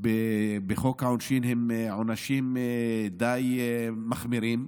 בחוק העונשין, הם עונשים די מחמירים.